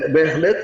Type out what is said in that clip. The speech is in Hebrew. בהחלט,